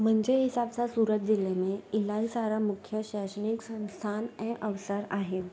मुंहिंजे हिसाब सां सूरत ज़िले में इलाही सारा मुख्य शाशनिक संस्थान ऐं अवसर आहिनि